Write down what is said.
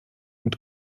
mit